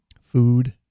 food